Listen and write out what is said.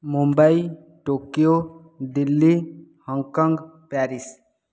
Mumbai Tokyo Delhi Hong Kong Paris